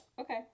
okay